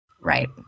Right